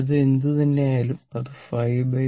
അത് എന്ത് തന്നെയായാലും അത് 50